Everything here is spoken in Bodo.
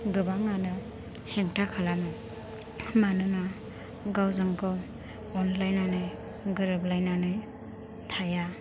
गोबांआनो हेंथा खालामो मानोना गावजोंगाव अनज्लायनानै गोरोबलायनानै थाया